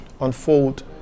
unfold